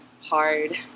hard